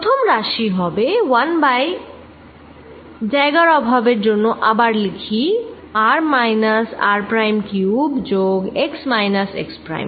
প্রথম রাশি হবে 1 বাই জায়গার অভাবের জন্য আবার লিখি r minus r prime cube যোগ x মাইনাস x প্রাইম